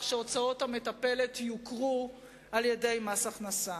שהוצאות המטפלת יוכרו על-ידי מס הכנסה.